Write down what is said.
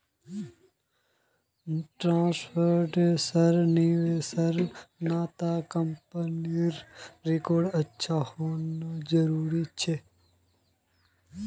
trust फंड्सेर निवेशेर त न कंपनीर रिकॉर्ड अच्छा होना जरूरी छोक